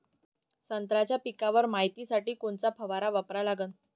संत्र्याच्या पिकावर मायतीसाठी कोनचा फवारा मारा लागन?